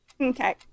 Okay